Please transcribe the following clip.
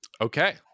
Okay